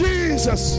Jesus